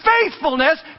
faithfulness